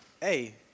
Hey